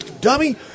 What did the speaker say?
dummy